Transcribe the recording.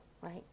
right